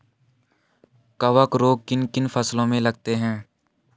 कवक रोग किन किन फसलों में लगते हैं?